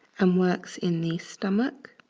um works in the stomach